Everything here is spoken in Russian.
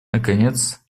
наконец